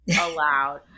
allowed